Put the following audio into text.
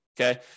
Okay